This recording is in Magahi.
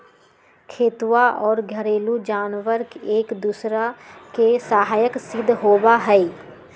खेतवा और घरेलू जानवार एक दूसरा के सहायक सिद्ध होबा हई